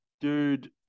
Dude